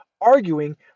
arguing